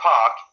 Park